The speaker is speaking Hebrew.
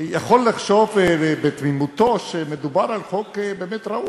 יכול לחשוב בתמימותו שמדובר על חוק באמת ראוי.